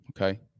Okay